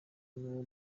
nuwo